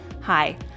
hi